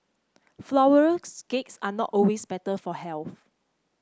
flourless cakes are not always better for health